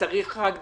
שצריך רק דיווח,